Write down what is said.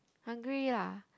hungry lah